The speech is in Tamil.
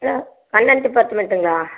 ஹலோ பன்னண்டு பத்து மட்டுங்களா